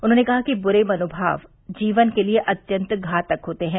उन्होंने कहा कि बुरे मनोमाव जीवन के लिए अत्यन्त घातक होते हैं